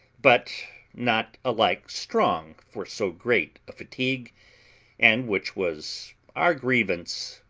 but not alike strong for so great a fatigue and, which was our grievance,